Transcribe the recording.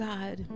God